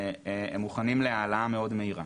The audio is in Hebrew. הם מוכנים להעלאה מאוד מהירה.